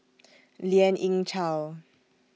Lien Ying Chow